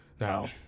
Now